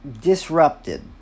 Disrupted